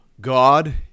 God